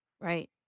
Right